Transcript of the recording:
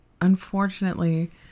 Unfortunately